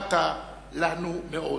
יקרת לנו מאוד.